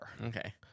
Okay